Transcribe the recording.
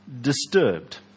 disturbed